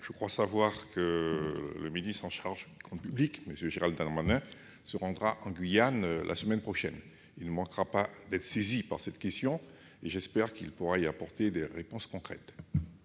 Je crois savoir que le ministre de l'action et des comptes publics, M. Gérald Darmanin, se rendra en Guyane la semaine prochaine. Il ne manquera pas d'y être interrogé sur cette question à laquelle j'espère qu'il pourra apporter des réponses concrètes.